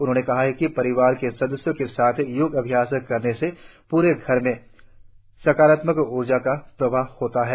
उन्होंने कहा कि परिवार के सदस्यों के साथ योगाभ्यास करने से प्रे घर में सकारात्मक ऊर्जा का प्रवाह होता है